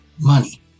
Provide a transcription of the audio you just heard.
money